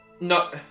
No